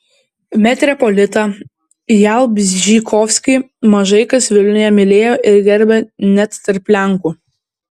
metropolitą jalbžykovskį mažai kas vilniuje mylėjo ir gerbė net tarp lenkų